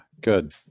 Good